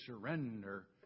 surrender